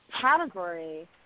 Category